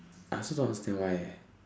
I also don't understand why eh